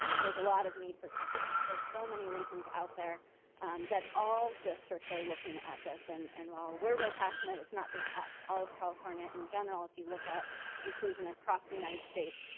there's a lot of need for change. there's so many reasons out there that all districts are looking at this, and and while we're real passionate, it's not just us. all of california in general, if you look at inclusion across the united states,